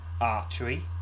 archery